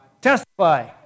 Testify